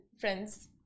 friends